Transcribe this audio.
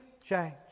change